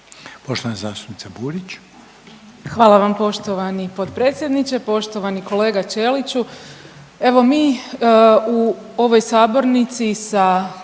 **Burić, Majda (HDZ)** Hvala vam poštovani potpredsjedniče. Poštovani kolega Ćeliću, evo mi u ovoj sabornici sa